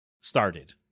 started